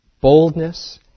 Boldness